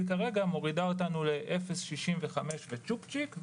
כרגע מורידה אותנו ל-0.65% וצ'ופצ'יק,